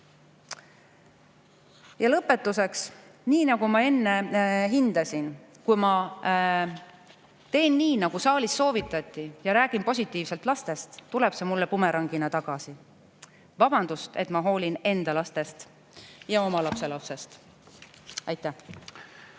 lõpetuseks. Nii nagu ma enne hindasin: kui ma teen nii, nagu saalis soovitati, ja räägin positiivselt lastest, tuleb see mulle bumerangina tagasi. Vabandust, et ma hoolin enda lastest ja oma lapselapsest. Aitäh!